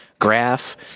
graph